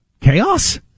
chaos